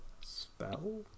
spell